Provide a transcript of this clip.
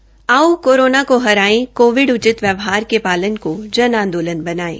आओ कोरोना को हराए कोविड उचित व्यवहार के पालन को जन आंदोलन बनायें